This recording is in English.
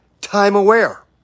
time-aware